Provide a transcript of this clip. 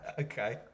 Okay